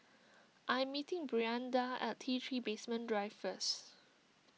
I am meeting Brianda at T three Basement Drive first